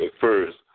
first